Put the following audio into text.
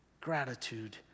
Gratitude